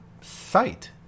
site